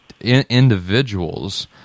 individuals